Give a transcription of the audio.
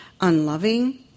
unloving